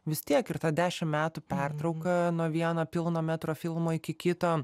vis tiek ir ta dešim metų pertrauka nuo vieno pilno metro filmo iki kito